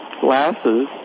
glasses